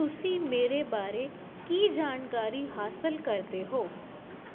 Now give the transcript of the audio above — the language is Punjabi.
ਤੁਸੀਂ ਮੇਰੇ ਬਾਰੇ ਕੀ ਜਾਣਕਾਰੀ ਹਾਸਲ ਕਰਦੇ ਹੋ